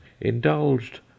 indulged